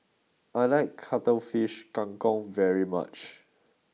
I like Cuttlefish Kang Kong very much